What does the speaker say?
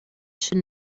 should